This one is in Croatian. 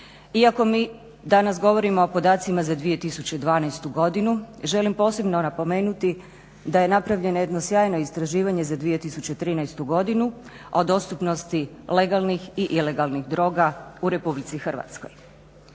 Iako mi danas govorimo o podacima za 2012. godinu želim posebno napomenuti da je napravljeno jedno sjajno istraživanje za 2013. godinu o dostupnosti legalnih i ilegalnih droga u Republici Hrvatskoj.